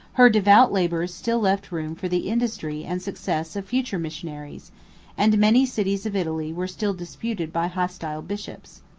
her devout labors still left room for the industry and success of future missionaries and many cities of italy were still disputed by hostile bishops.